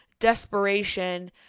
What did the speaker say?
desperation